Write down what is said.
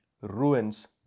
ruins